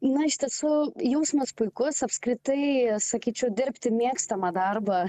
na iš tiesų jausmas puikus apskritai sakyčiau dirbti mėgstamą darbą